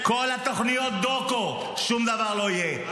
כל תוכניות הדוקו, שום דבר לא יהיה.